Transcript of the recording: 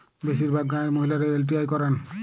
বেশিরভাগ গাঁয়ের মহিলারা এল.টি.আই করেন